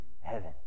heaven